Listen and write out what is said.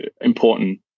important